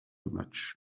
matchs